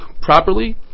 properly